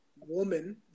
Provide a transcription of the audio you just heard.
woman